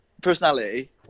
personality